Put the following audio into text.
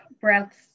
breaths